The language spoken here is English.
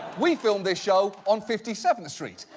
we film this show on fifty seventh street.